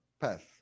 Path